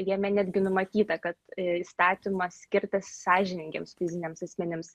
jame netgi numatyta kad įstatymas skirtas sąžiningiems fiziniams asmenims